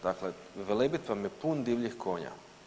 Dakle Velebit vam je pun divljih konja.